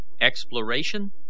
exploration